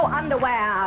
underwear